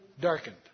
darkened